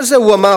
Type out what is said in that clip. אבל זה הוא אמר.